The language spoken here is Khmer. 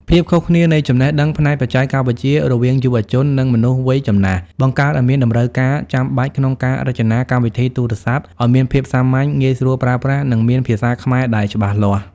ភាពខុសគ្នានៃចំណេះដឹងផ្នែកបច្ចេកវិទ្យារវាងយុវជន និងមនុស្សវ័យចំណាស់ បង្កើតឱ្យមានតម្រូវការចាំបាច់ក្នុងការរចនាកម្មវិធីទូរស័ព្ទឱ្យមានភាពសាមញ្ញ ងាយស្រួលប្រើប្រាស់ និងមានភាសាខ្មែរដែលច្បាស់លាស់។